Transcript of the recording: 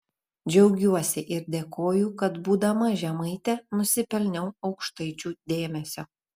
džiaugiuosi ir dėkoju kad būdama žemaitė nusipelniau aukštaičių dėmesio